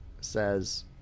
says